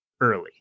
early